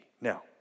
Now